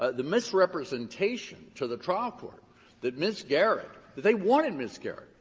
ah the misrepresentation to the trial court that ms. garrett that they wanted ms. garrett.